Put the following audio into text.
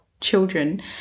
children